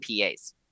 PAs